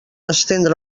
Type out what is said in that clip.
estendre